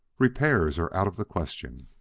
repairs are out of the question.